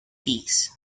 peas